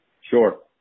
Sure